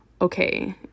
okay